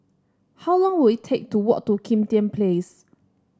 how long will it take to walk to Kim Tian Place